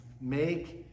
make